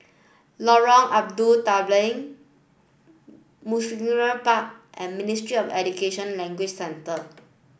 Lorong Abu Talib Mugliston Park and Ministry of Education Language Centre